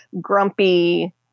grumpy